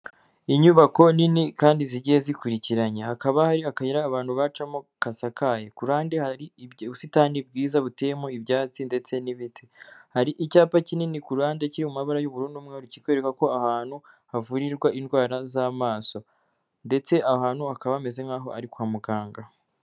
Inyubako nini kandi zigiye zikurikiranye, hakaba hari akayira abantu bacamo gasakaye, kurande hari ubusitani bwiza, buteyemo ibyatsi, ndetse n'ibiti, hari icyapa kinini ku ruhande kiri mu mabara y'uburu, n'umweru kikwereka ko ahantu havurirwa indwara z'amaso, ndetse ahantu hakaba bameze nk'aho ari kwa muganga.